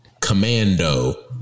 commando